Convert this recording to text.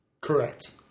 Correct